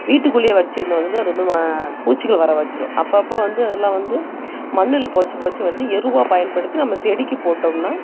வீட்டுக்குள்ளேயே வச்சுருந்தா வந்து அது வந்து பூச்சிகள் வரவச்சுரும் அப்பப்போ வந்து அதெல்லாம் வந்து மண்ணில் புதச்சி புதச்சி வச்சு எருவாக பயன்படுத்தி நம்ம செடிக்கு போட்டோம்னால்